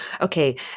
okay